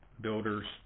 builders